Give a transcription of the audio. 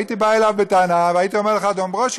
הייתי בא אליו בטענה והייתי אומר לך: אדון ברושי,